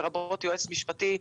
לרבות יועץ משפטי.